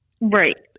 Right